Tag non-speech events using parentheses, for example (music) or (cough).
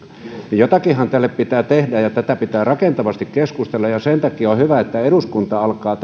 jotakinhan tälle pitää tehdä ja tästä pitää rakentavasti keskustella sen takia on hyvä että eduskunta alkaa (unintelligible)